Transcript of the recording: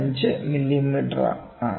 5 മില്ലിമീറ്ററാണ്